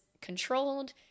controlled